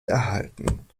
erhalten